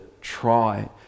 try